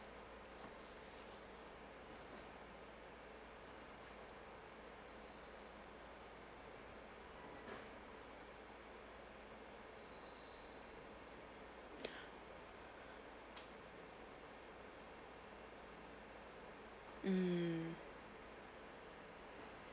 mm